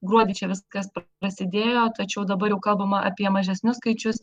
gruodį čia viskas prasidėjo tačiau dabar jau kalbama apie mažesnius skaičius